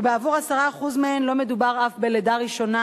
ובעבור 10% מהן אף לא מדובר בלידה ראשונה.